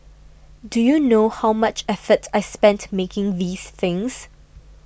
do you know how much effort I spent making these things